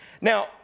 Now